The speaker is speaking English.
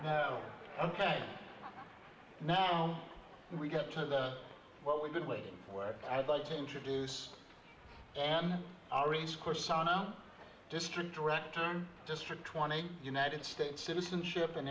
and now we get to the well we've been waiting for i'd like to introduce a course on the district director district twenty united states citizenship and